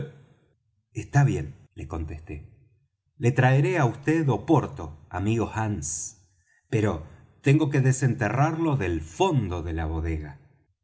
está bien le contesté le traeré á vd oporto amigo hands pero tengo que desenterrarlo del fondo de la bodega